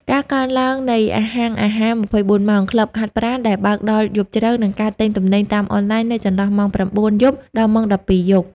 ការកើនឡើងនៃហាងអាហារ ២៤ ម៉ោង, ក្លឹបហាត់ប្រាណដែលបើកដល់យប់ជ្រៅ, និងការទិញទំនិញតាមអនឡាញនៅចន្លោះម៉ោង ៩ យប់ ដល់ម៉ោង ១២ យប់។